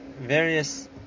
various